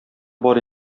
бар